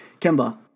Kemba